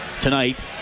tonight